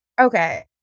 Okay